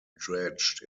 dredged